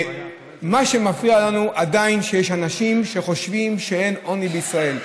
מה שמפריע לנו זה שעדיין יש אנשים שחושבים שאין עוני בישראל,